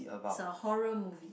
it's a horror movie